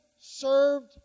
served